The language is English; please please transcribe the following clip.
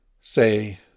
Say